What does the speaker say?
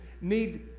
need